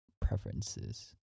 preferences